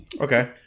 Okay